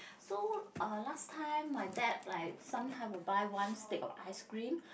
so uh last time my dad like sometime will buy one stick of ice cream